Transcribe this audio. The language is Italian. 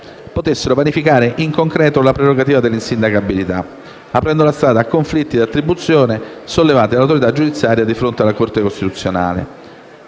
potessero vanificare in concreto la prerogativa dell'insindacabilità, aprendo la strada a conflitti di attribuzione sollevati dall'autorità giudiziaria di fronte alla Corte costituzionale.